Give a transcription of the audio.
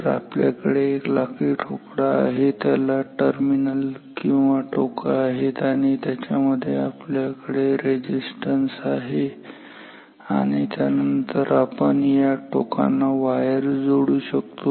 तर आपल्याकडे एक लाकडी ठोकळा आहे ज्याला टर्मिनल किंवा टोकं आहेत आणि त्याच्या आत मध्ये आपल्याकडे रेझिस्टन्स आहे आणि त्यानंतर आपण या टोकांना वायर जोडू शकतो